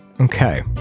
Okay